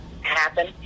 happen